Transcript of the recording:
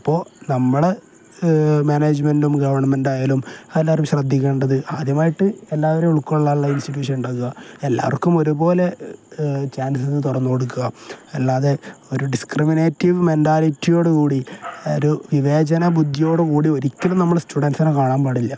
അപ്പോൾ നമ്മൾ മാനേജ്മെൻറും ഗവൺമെൻ്റായാലും എല്ലാവാരും ശ്രദ്ധിക്കേണ്ടത് ആദ്യമായിട്ട് എല്ലാവരും ഉൾക്കൊള്ളുന്ന ഇൻസ്റ്റിറ്റ്യൂഷൻ ഉണ്ടാക്കുക എല്ലാവർക്കും ഒരുപോലെ ചാൻസ തുറന്നു കൊടുക്കുക അല്ലാതെ ഒരു ഡിസ്ക്രിമിനേറ്റീവ് മെൻറ്റാലിറ്റിയോടു കൂടി ഒരു വിവേചന ബുദ്ധിയോട് കൂടി ഒരിക്കലും നമ്മൾ സ്റ്റുഡൻസിനെ കാണാൻ പാടില്ല